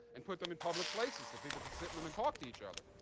and put them in public places so people could sit in them and talk to each other.